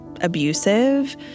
abusive